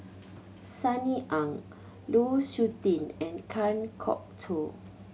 Sunny Ang Lu Suitin and Kan Kwok Toh